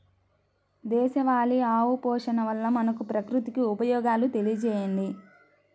దేశవాళీ ఆవు పోషణ వల్ల మనకు, ప్రకృతికి ఉపయోగాలు తెలియచేయండి?